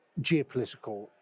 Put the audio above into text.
geopolitical